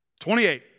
28